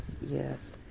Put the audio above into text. yes